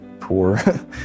poor